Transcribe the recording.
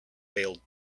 failed